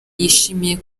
yishimiye